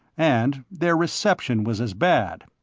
and their reception was as bad.